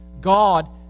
God